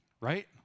right